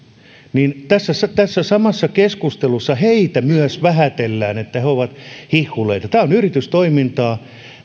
tässä tässä samassa keskustelussa vähätellään niin että he ovat hihhuleita tämä on yritystoimintaa